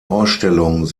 ausstellung